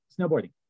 Snowboarding